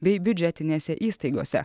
bei biudžetinėse įstaigose